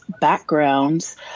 backgrounds